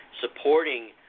supporting